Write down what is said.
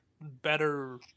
better